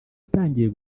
atangiye